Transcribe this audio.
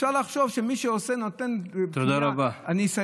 אפשר לחשוב שמי שנותן, תודה רבה.